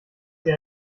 sie